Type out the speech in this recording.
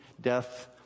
death